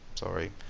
sorry